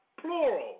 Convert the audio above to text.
plural